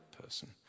person